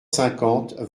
cinquante